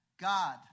God